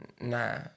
Nah